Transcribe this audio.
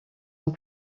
ans